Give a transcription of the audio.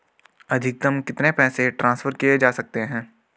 अधिकतम कितने पैसे ट्रांसफर किये जा सकते हैं?